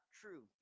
true